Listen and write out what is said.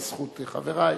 בזכות חברי,